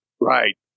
Right